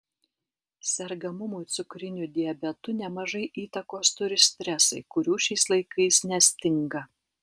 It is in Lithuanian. sergamumui cukriniu diabetu nemažai įtakos turi stresai kurių šiais laikais nestinga